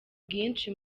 bwinshi